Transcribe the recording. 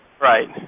Right